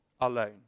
alone